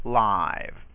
live